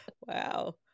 Wow